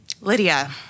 Lydia